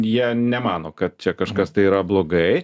jie nemano kad čia kažkas tai yra blogai